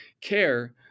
care